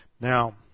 Now